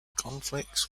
conflicts